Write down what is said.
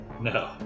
No